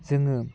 जोङो